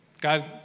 God